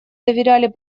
доверяли